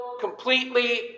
completely